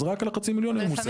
אז רק על חצי המיליון יש מס.